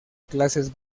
clases